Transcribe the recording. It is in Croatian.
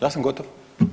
Ja sam gotov.